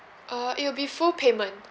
it will be full payment